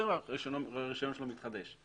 התצהיר ורישיונו מתחדש.